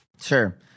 Sure